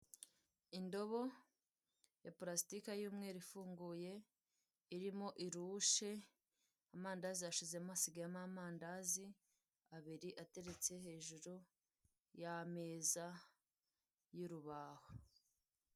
Indobo y'ipurasitike y'umweru ifunguye irimo irushe, amandazi yashizemo hasigayemo amandazi abiri ateretse hejuru y'ameza y'urubaho.